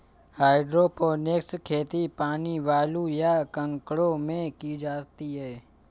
hydroponics खेती पानी, बालू, या कंकड़ों में की जाती है